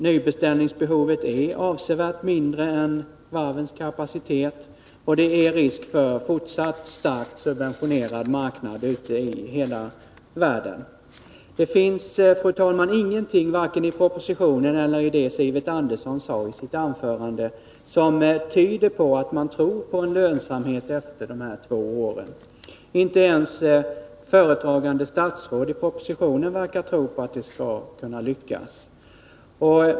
Nybeställningsbehovet är avsevärt mindre än varvens kapacitet, och det är risk för fortsatt subventionerad marknad ute i hela världen. Det finns, fru talman, ingenting, varken i propositionen eller i det som Sivert Andersson sade, som tyder på att man tror på en lönsamhet efter de här två åren. Inte ens det statsråd som står bakom propositionen verkar tro på att det skall kunna lyckas.